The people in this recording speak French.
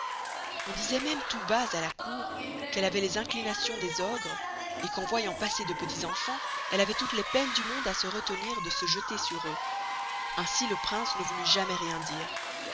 on disoit même tout bas à la cour qu'elle avoit les inclinations des ogres et qu'en voyant passer de petits enfans elle avoit toutes les peines du monde à se retenir de se jeter sur eux ainsi le prince ne lui voulut jamais rien dire